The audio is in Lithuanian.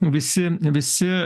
visi visi